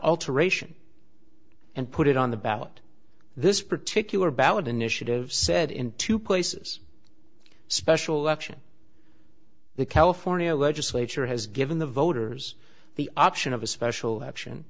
alteration and put it on the ballot this particular ballot initiative said in two places special election the california legislature has given the voters the option of a special election